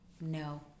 No